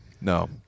No